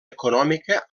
econòmica